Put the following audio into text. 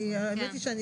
אני מבינה.